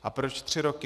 A proč tři roky?